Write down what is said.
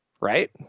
right